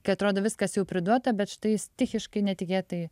kai atrodo viskas jau priduota bet štai stichiškai netikėtai